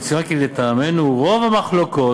יצוין כי לטעמנו רוב המחלוקות,